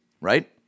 right